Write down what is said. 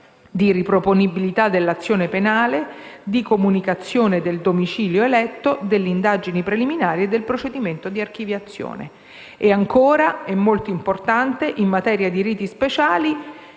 di riproponibilità dell'azione penale, di comunicazione del domicilio eletto, delle indagini preliminari e del procedimento di archiviazione, nonché modifiche molto importanti in materia di riti speciali,